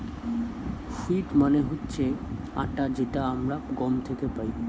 wheat মানে হচ্ছে আটা যেটা আমরা গম থেকে পাই